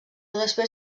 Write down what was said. després